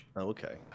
okay